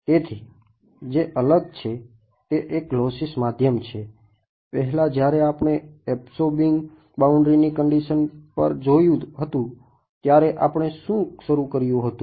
તેથી જે અલગ છે તે એક લોસ્સી માધ્યમ છે પહેલાં જ્યારે આપણે અબ્સોર્બિંગ બાઉન્ડ્રીની કંડીશન પર જોયું હતું ત્યારે આપણે શું શરૂ કર્યું હતું